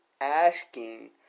asking